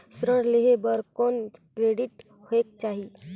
ऋण लेहे बर कौन क्रेडिट होयक चाही?